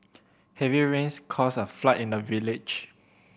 heavy rains caused a flood in the village